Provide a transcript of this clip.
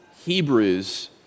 Hebrews